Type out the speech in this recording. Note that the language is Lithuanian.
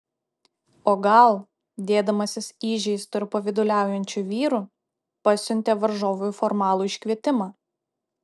o gal dėdamasis įžeistu ir pavyduliaujančiu vyru pasiuntė varžovui formalų iškvietimą